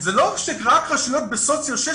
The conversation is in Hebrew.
זה לא שרק רשויות בסוציו 6,